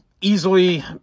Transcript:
easily